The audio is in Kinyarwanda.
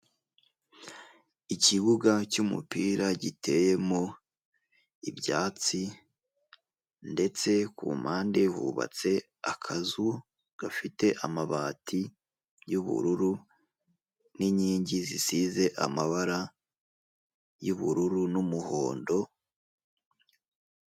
Ikibuga cy'umupira giteyemo ibyatsi ndetse ku mpande hubatse akazu gafite amabati y'ubururu n'inkingi zisize amabara y'ubururu n'umuhondo